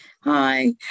Hi